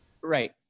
Right